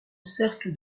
cercle